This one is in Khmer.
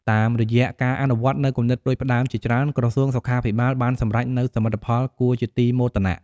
តាមរយៈការអនុវត្តនូវគំនិតផ្តួចផ្តើមជាច្រើន ក្រសួងសុខាភិបាលបានសម្រេចនូវសមិទ្ធផលគួរជាទីមោទនៈ។